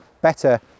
better